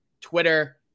Twitter